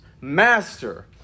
Master